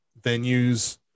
venues